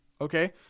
Okay